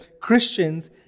Christians